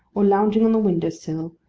or lounging on the window-sill,